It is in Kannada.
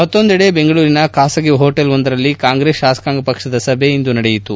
ಮತ್ತೊಂದೆಡೆ ಬೆಂಗಳೂರಿನ ಖಾಸಗಿ ಹೊಟೇಲ್ವೊಂದರಲ್ಲಿ ಕಾಂಗ್ರೆಸ್ ಶಾಸಕಾಂಗ ಪಕ್ಷದ ಸಭೆ ಇಂದು ನಡೆಯಿತು